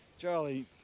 Charlie